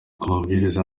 amabwiriza